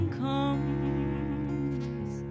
comes